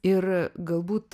ir galbūt